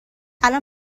الان